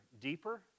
deeper